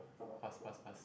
pass pass pass